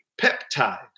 peptide